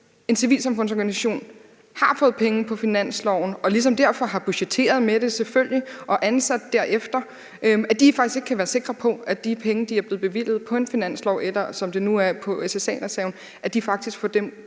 en civilsamfundsorganisation har fået penge på finansloven og ligesom derfor selvfølgelig har budgetteret med det og ansat derefter, kan de faktisk ikke være sikre på, at de penge er blevet bevilget på en finanslov eller, som det nu er, på SSA-reserven, og at de faktisk får dem